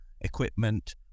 equipment